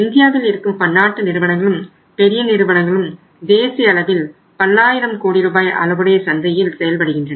இந்தியாவில் இருக்கும் பன்னாட்டு நிறுவனங்களும் பெரிய நிறுவனங்களும் தேசிய அளவில் பல்லாயிரம் கோடி ரூபாய் அளவுடைய சந்தையில் செயல்படுகின்றன